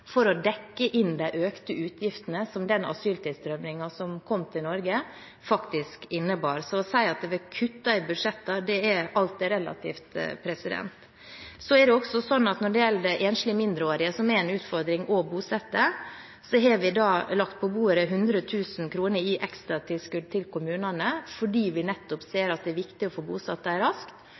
for å dekke inn de økte utgiftene som asyltilstrømmingen til Norge faktisk innebar. Så å si at vi kuttet i budsjettet – alt er relativt. Det er også sånn at når det gjelder enslige mindreårige, som er en utfordring å bosette, har vi lagt på bordet 100 000 kr i ekstratilskudd til kommunene, nettopp fordi vi ser at det er viktig å få bosatt dem raskt,